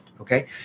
Okay